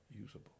usable